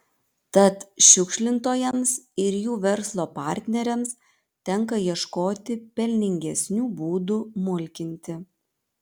tad šiukšlintojams ir jų verslo partneriams tenka ieškoti pelningesnių būdų mulkinti